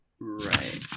Right